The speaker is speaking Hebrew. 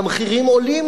והמחירים עולים,